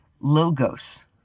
logos